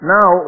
Now